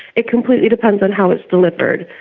it completely depends on how it is delivered.